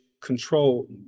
control